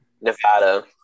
Nevada